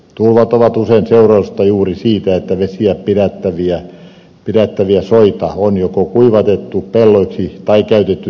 tulvat ovat usein seurausta juuri siitä että vesiä pidättäviä soita on joko kuivatettu pelloiksi tai käytetty turvetuotantoon